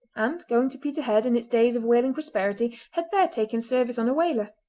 and, going to peterhead in its days of whaling prosperity, had there taken service on a whaler.